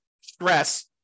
stress